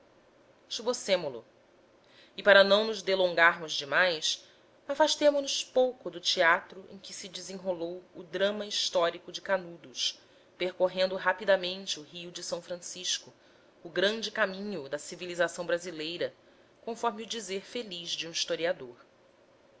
subtropical esbocemo lo e para não nos delongarmos demais afastemo nos pouco do teatro em que se desenrolou o drama histórico de canudos percorrendo rapidamente o rio de s francisco o grande caminho da civilização brasileira conforme o dizer feliz de um historiador